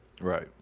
Right